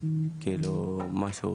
כאילו משהו